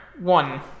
One